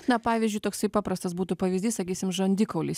na pavyzdžiui toksai paprastas būtų pavyzdys sakysim žandikaulis